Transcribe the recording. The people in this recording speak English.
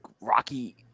Rocky